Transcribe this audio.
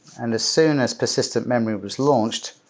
and as soon as persistent memory was launched,